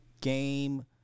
game